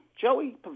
Joey